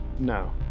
No